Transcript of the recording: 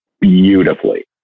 beautifully